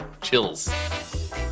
Chills